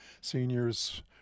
seniors